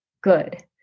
good